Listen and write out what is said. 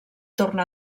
torna